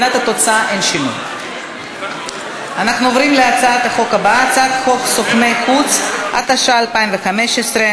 שאתה ------ אנחנו בוחרים רבנים שלא פוגשים בחיים שלהם את הגרים,